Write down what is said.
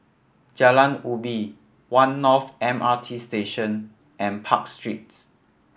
Jalan Ubi One North M R T Station and Park Street